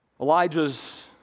Elijah's